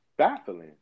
Baffling